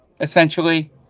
Essentially